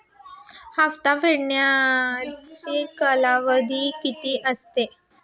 हप्ता फेडण्याचा कालावधी किती असेल?